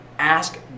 Ask